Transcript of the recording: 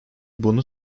bunu